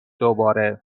دوباره